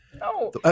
No